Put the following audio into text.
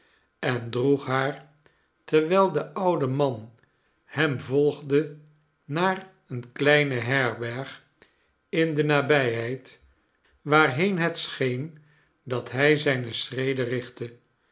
en droeg haar terwijl de oude man hem volgde naar eene kleine herberg in de nabijheid waarheen het scheen dat hij zijne schreden richtte